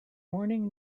morning